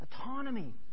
Autonomy